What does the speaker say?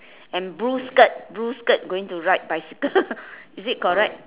and blue skirt blue skirt going to ride bicycle is it correct